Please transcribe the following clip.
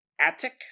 Attic